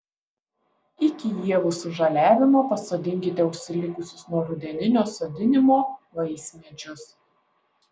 iki ievų sužaliavimo pasodinkite užsilikusius nuo rudeninio sodinimo vaismedžius